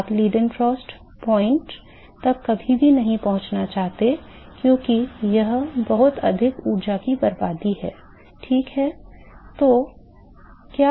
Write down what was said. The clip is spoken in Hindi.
आप लीडेनफ्रॉस्ट बिंदु तक कभी नहीं पहुंचना चाहते क्योंकि यह बहुत अधिक ऊर्जा की बर्बादी है ठीक है